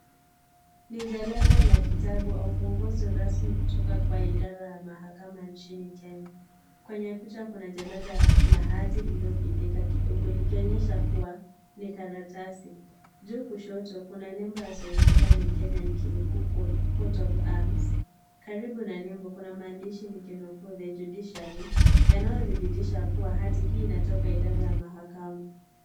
Ni jalada la kitabu au mwongozo rasmi kutoka kwa idara mahakama nchini Kenya. Kwenye picha Kuna jalada ya hati kidogo likionyesha kuwa ni karatasi. Juu kushoto Kuna nembo ya serikali Kenya Niki nukuu[Cort of arms . Karibu na nembo Kuna maandishi nikinukuu judiciary yanayotibithisha kuwa Hadi hii inataka idara ya mahakama.